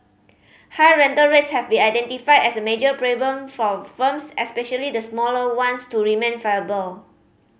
high rental rates have been identified as a major problem for firms especially the smaller ones to remain viable